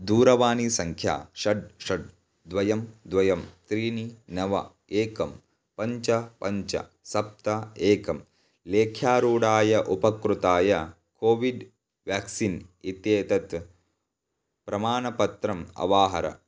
दूरवाणीसङ्ख्या षड् षड् द्वे द्वे त्रीणि नव एकं पञ्च पञ्च सप्त एकं लेख्यारूढाय उपकृताय कोविड् व्याक्सीन् इत्येतत् प्रमाणपत्रम् अवाहर